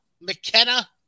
McKenna